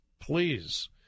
Please